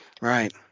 Right